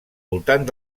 voltant